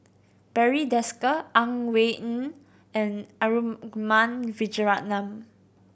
Barry Desker Ang Wei Neng and Arumugam Vijiaratnam